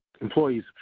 employees